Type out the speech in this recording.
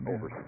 Over